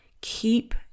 Keep